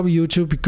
YouTube